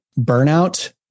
burnout